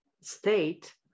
state